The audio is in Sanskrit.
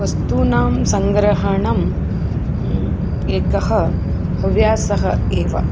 वस्तूनां सङ्ग्रहणम् एकः अभ्यासः एव